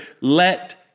let